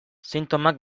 sintomak